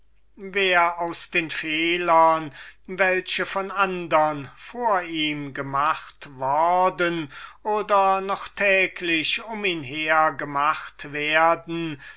wer aus den fehlern welche von andern vor ihm gemacht worden oder noch täglich um ihn her gemacht werden